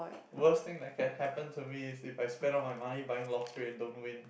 worst thing that can happen to me is I spend on my money buying lottery and don't win